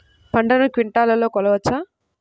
పంటను క్వింటాల్లలో కొలవచ్చా?